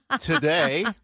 today